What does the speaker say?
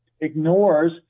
ignores